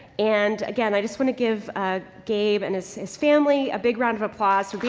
and again, i just want to give ah gabe and his, his family a big round of applause